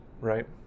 right